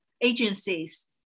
agencies